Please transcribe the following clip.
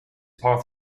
part